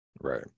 Right